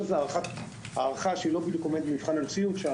זה הערכה שלא בדיוק עומדת במבחן המציאות,